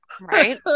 right